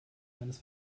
eines